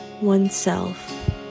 oneself